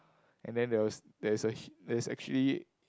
and then there was there's a he there's actually